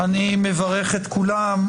אני מברך את כולם,